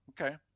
Okay